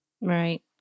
Right